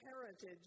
heritage